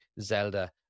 Zelda